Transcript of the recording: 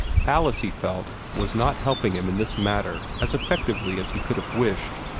alice, he felt, was not helping him in this matter as effectively as he could have wished.